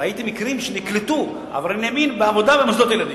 ראיתי מקרים שנקלטו עברייני מין בעבודה במוסדות ילדים.